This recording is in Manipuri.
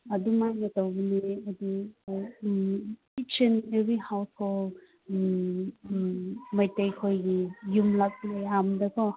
ꯑꯗꯨꯃꯥꯏꯅ ꯇꯧꯕꯅꯦ ꯑꯗꯨ ꯏꯠꯁ ꯑꯦꯟ ꯑꯦꯕ꯭ꯔꯤ ꯍꯥꯎꯁꯍꯣꯜ ꯃꯩꯇꯩꯈꯣꯏꯒꯤ ꯌꯨꯝ ꯂꯥꯠꯄꯅꯦ ꯑꯌꯥꯝꯕꯗ ꯀꯣ